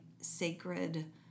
sacred